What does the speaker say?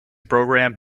program